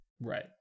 Right